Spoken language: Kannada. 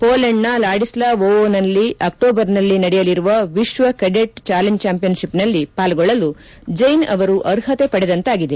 ಪೋಲೆಂಡ್ನ ಲಾಡಿಸ್ಲಾವೊವೊನಲ್ಲಿ ಅಕ್ಸೋಬರ್ನಲ್ಲಿ ನಡೆಯಲಿರುವ ವಿಶ್ವ ಕೆಡೆಟ್ ಚಾಲೆಂಜ್ ಚಾಂಪಿಯನ್ಶಿಪ್ನಲ್ಲಿ ಪಾಲ್ಗೊಳ್ಳಲು ಜೈನ್ ಅವರು ಅರ್ಹತೆ ಪಡೆದಂತಾಗಿದೆ